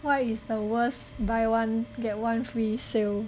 what is the worst buy one get one free sale